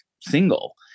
single